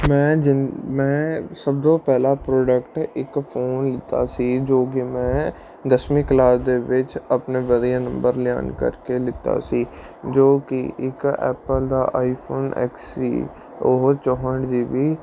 ਮੈਂ ਜ ਮੈਂ ਸਭ ਤੋਂ ਪਹਿਲਾ ਪ੍ਰੋਡਕਟ ਇੱਕ ਫੋਨ ਲਿੱਤਾ ਸੀ ਜੋ ਕਿ ਮੈਂ ਦਸਵੀਂ ਕਲਾਸ ਦੇ ਵਿੱਚ ਆਪਣੇ ਵਧੀਆ ਨੰਬਰ ਲਿਆਉਣ ਕਰਕੇ ਲਿੱਤਾ ਸੀ ਜੋ ਕਿ ਇੱਕ ਐਪਲ ਦਾ ਆਈਫੋਨ ਐਕਸ ਸੀ ਉਹ ਚੌਂਹਠ ਜੀ ਬੀ